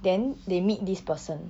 then they meet this person